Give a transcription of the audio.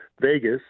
Vegas